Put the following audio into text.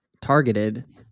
targeted